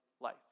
life